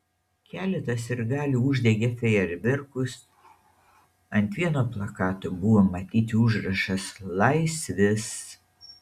keletas sirgalių uždegė fejerverkus ant vieno plakato buvo matyti užrašas laisvės